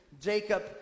Jacob